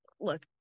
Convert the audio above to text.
look